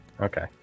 Okay